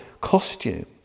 costume